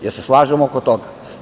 Da li se slažemo oko toga?